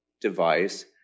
device